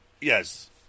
yes